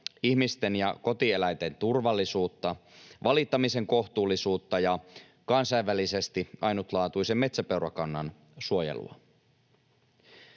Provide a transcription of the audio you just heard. ihmisten ja kotieläinten turvallisuutta, valittamisen kohtuullisuutta ja kansainvälisesti ainutlaatuisen metsäpeurakannan suojelua.